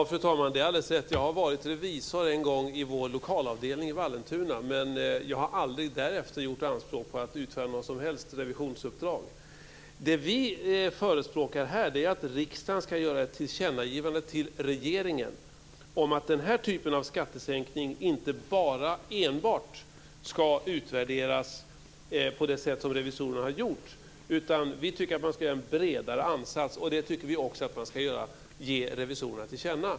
Fru talman! Det är alldeles rätt. Jag var en gång revisor i vår lokalavdelning i Vallentuna, men jag har aldrig därefter gjort anspråk på att utföra något som helst revisionsuppdrag. Det vi förespråkar är att riksdagen ska göra ett tillkännagivande till regeringen om att denna typ av skattesänkning inte enbart ska utvärderas på det sätt som revisorerna har gjort. Vi tycker att man ska ha en bredare ansats. Det tycker vi också att man ska ge revisorerna till känna.